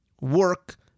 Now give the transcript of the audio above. work